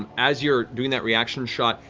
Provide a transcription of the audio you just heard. um as you're doing that reaction shot,